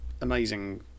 amazing